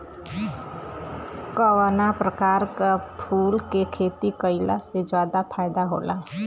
कवना प्रकार के फूल के खेती कइला से ज्यादा फायदा होला?